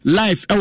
life